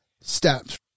steps